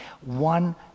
One